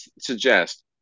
suggest